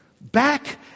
Back